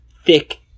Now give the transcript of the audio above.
thick